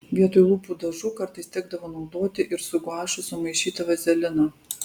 vietoj lūpų dažų kartais tekdavo naudoti ir su guašu sumaišytą vazeliną